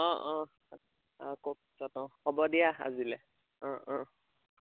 অঁ অঁ কওক হ'ব দিয়া আজিলে অঁ অঁ